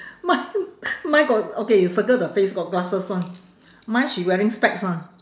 mine mine got okay you circle the face got glasses [one] mine she wearing specs [one]